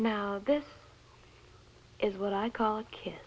now this is what i call kid